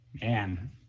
Man